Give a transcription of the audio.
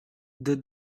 the